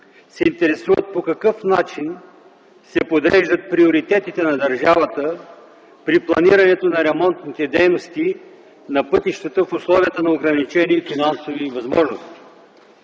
се интересуват по какъв начин се подреждат приоритетите на държавата при планирането на ремонтните дейности на пътищата в условията на ограничени финансови възможности.